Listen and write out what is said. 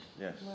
Yes